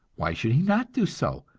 why should he not do so?